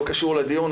לא קשור לדיון,